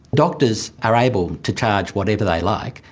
doctors are able to charge whatever they like.